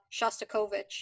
shostakovich